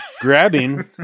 grabbing